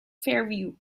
fairview